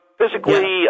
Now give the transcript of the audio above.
physically